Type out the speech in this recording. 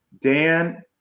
Dan